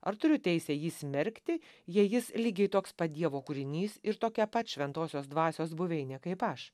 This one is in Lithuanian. ar turiu teisę jį smerkti jei jis lygiai toks pat dievo kūrinys ir tokia pat šventosios dvasios buveinė kaip aš